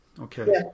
okay